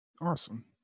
Awesome